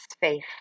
faith